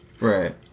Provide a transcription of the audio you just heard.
Right